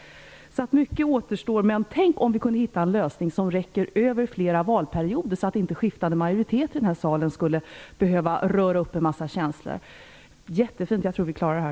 Mycket återstår. Men tänk om vi kunde hitta en lösning som räcker över flera valperioder, så att inte skiftande majoriteter i den här salen skulle behöva röra upp en massa känslor! Jättefint, jag tror att vi klarar det här.